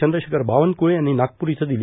चंद्रशेखर बावनक्ळे यांनी नागपूर इथं दिली